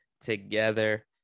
together